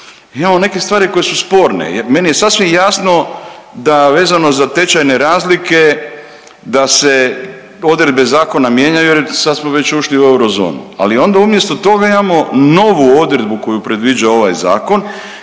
imamo neke stvari koje su sporne jer meni je sasvim jasno da vezano za tečajne razlike da se odredbe zakona mijenjaju jer sad smo već ušli u eurozonu, ali onda umjesto toga imamo novu odredbu koju predviđa ovaj zakon,